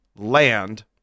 land